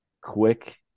quick